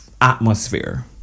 atmosphere